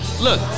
Look